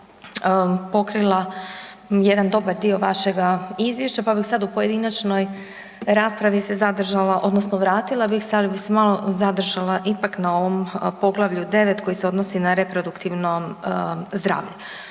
pokrila jedan dobar dio vašega izvješća pa bih sada u pojedinačnoj raspravi se zadržala, odnosno vratila bih se, ali bi se malo zadržala ipak na ovom poglavlju 9. koji se odnosi na reproduktivno zdravlje.